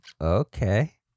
Okay